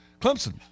Clemson